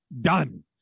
done